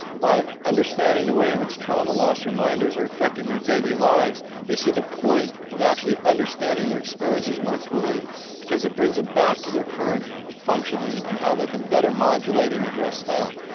by understanding the way in which trauma loss reminders are affecting their daily lives they see the point of actually understanding their experiences more fully because it brings it back to their current functioning and how they can better modulate and address that.